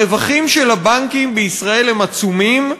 הרווחים של הבנקים בישראל הם עצומים,